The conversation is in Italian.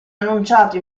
annunciato